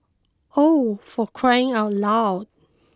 oh for crying out loud